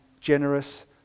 generous